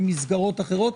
במסגרות אחרות,